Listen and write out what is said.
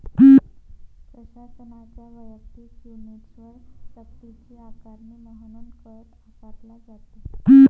प्रशासनाच्या वैयक्तिक युनिट्सवर सक्तीची आकारणी म्हणून कर आकारला जातो